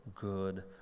good